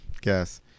guess